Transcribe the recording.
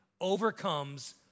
overcomes